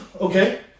Okay